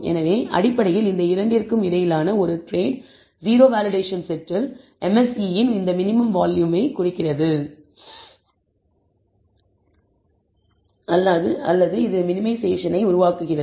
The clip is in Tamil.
எனவே அடிப்படையில் இந்த இரண்டிற்கும் இடையிலான டிரேடு o வேலிடேஷன் செட்டில் MSE இன் இந்த மினிமம் வேல்யூவை உருவாக்குகிறது